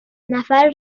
نفر